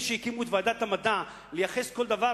שהקימו את ועדת המדע לייחס כל דבר,